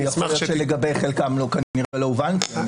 לגבי חלקם, כנראה לא הובנתי.